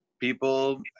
People